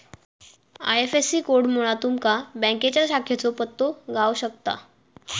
IFSC कोडमुळा तुमका बँकेच्या शाखेचो पत्तो गाव शकता